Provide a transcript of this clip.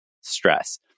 stress